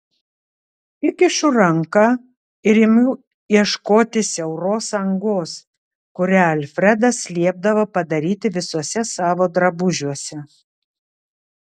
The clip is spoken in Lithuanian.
įkišu ranką ir imu ieškoti siauros angos kurią alfredas liepdavo padaryti visuose savo drabužiuose